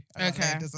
Okay